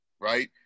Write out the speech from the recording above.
Right